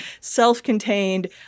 self-contained